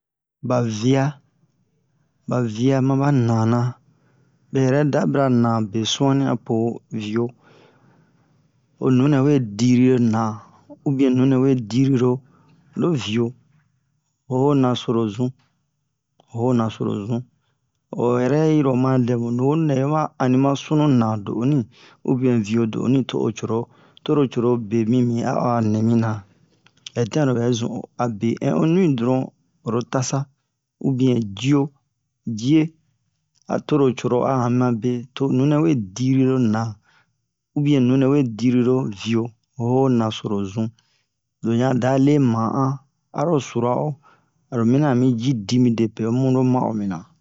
ba via ba via maba nana bɛ yɛrɛ da bira na be suani apo vio o nunɛ we dirio na ou bien nunɛ diriro lo vio o ho naso lo zun o ho nasoro zun o yɛrɛ'iro oma dɛmu nuwonu nɛ'i wa ani ma sunu na do'onui ou bien vio do'onui co'o coro toro coro bemini a'a nɛmi na hɛ tian lobɛ zun'o abe in'o nui dron oro tasa ou bien jio jie toro coro o'a han mi mabe tonu nɛwe diriro na ou bien nunɛ we diriro vio oyo nasoro zun lo ɲa dale wa'an aro sura'o aro mina ami ji dimi depe omuno ma'o mina